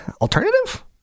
alternative